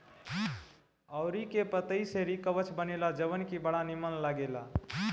अरुई के पतई से रिकवच बनेला जवन की बड़ा निमन लागेला